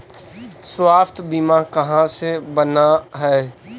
स्वास्थ्य बीमा कहा से बना है?